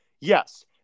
yes